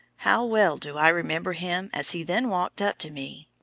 how well do i remember him as he then walked up to me.